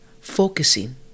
focusing